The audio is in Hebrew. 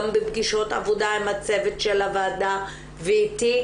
גם בפגישות עבודה עם הצוות של הוועדה ואיתי,